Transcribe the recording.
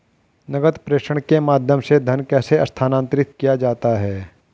नकद प्रेषण के माध्यम से धन कैसे स्थानांतरित किया जाता है?